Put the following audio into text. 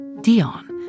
Dion